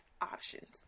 options